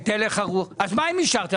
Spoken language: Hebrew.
אז מה אם אישרתם?